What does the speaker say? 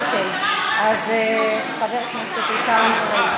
אוקיי, אז חבר הכנסת עיסאווי פריג'.